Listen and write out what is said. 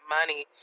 money